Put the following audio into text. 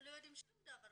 כי לא ידענו שום דבר.